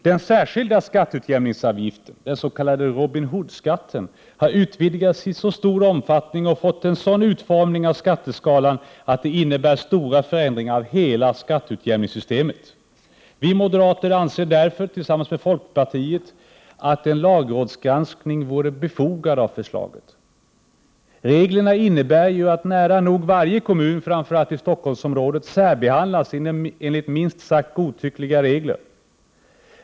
Den särskilda skatteutjämningsavgiften, den s.k. Robin Hood-skatten, har utvidgats i så stor omfattning och fått en sådan utformning av skatteskalan att det innebär stora förändringar av hela skatteutjämningssystemet. Vi moderater anser därför, tillsammans med folkpartiet, att en lagrådsgranskning av förslaget vore befogad. Reglerna innebär ju att nära nog varje kommun, framför allt i Stockholmsområdet, särbehandlas enligt minst sagt godtyckliga regler.